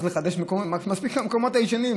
מספיק לנו המקומות הישנים.